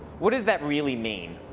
what does that really mean?